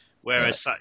whereas